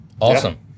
Awesome